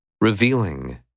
Revealing